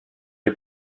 est